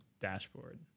dashboard